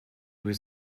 was